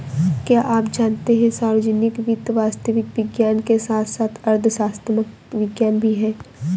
क्या आप जानते है सार्वजनिक वित्त वास्तविक विज्ञान के साथ साथ आदर्शात्मक विज्ञान भी है?